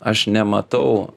aš nematau